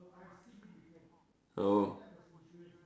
oh